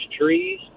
trees